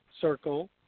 circle